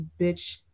bitch